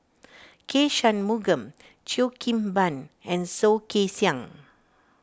K Shanmugam Cheo Kim Ban and Soh Kay Siang